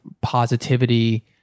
positivity